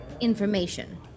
information